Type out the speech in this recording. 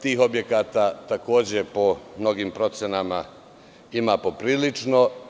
Tih objekata, takođe, po mnogim procenama ima poprilično.